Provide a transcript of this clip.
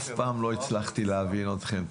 אף פעם לא הצלחתי להבין אתכם,